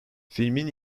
filmin